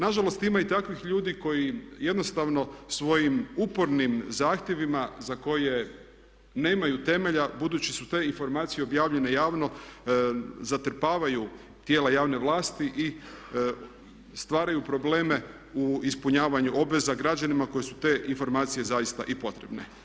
Nažalost, ima i takvih ljudi koji jednostavno svojim upornim zahtjevima za koje nemaju temelja budući su te informacije objavljene javno zatrpavaju tijela javne vlasti i stvaraju probleme u ispunjavanju obveza građanima kojima su te informacije zaista i potrebne.